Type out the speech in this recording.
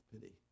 pity